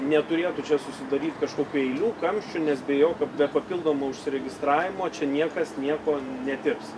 neturėtų čia susidaryt kažkokių eilių kamščių nes bijau kad be papildomo užsiregistravimo čia niekas nieko netirs